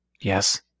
Yes